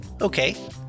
Okay